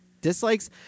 Dislikes